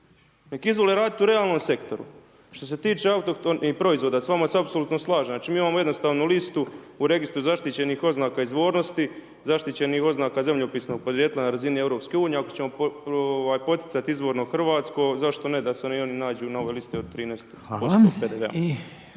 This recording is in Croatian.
Neka izvole raditi u realnom sektoru. Što se tiče autohtonih proizvoda, s vama se apsolutno slažem, znači mi imamo jednostavnu listu u registru zaštićenih oznaka izvornosti, zaštićenih oznaka zemljopisnog podrijetla na razini EU, ako ćemo poticati izvorno hrvatsko, zašto ne da se i oni nađu na ovoj listi od 13% PDV-a.